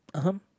(uh huh)